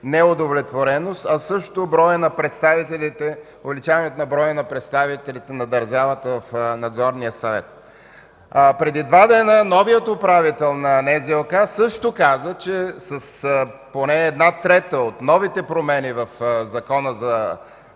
неудовлетвореност, а също увеличаването на броя на представителите на държавата в Надзорния съвет. Преди два дена новият управител на НЗОК каза, че поне с една трета от новите промени в Закона за